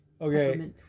okay